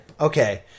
Okay